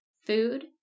food